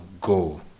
go